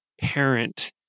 parent